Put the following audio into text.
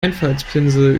einfaltspinsel